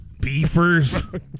beefers